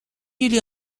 jullie